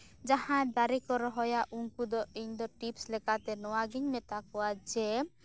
ᱡᱟᱦᱟᱸ ᱫᱟᱨᱮ ᱠᱩ ᱨᱚᱦᱚᱭᱟ ᱩᱱᱠᱩ ᱫᱚ ᱤᱧᱫᱚ ᱴᱤᱯᱥ ᱞᱮᱠᱟᱛᱮ ᱱᱚᱣᱟᱜᱤᱧ ᱢᱮᱛᱟᱠᱚᱣᱟ ᱡᱮ